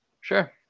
Sure